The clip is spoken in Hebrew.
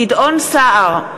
גדעון סער,